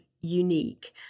unique